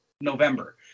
November